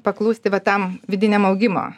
paklūsti va tam vidiniam augimo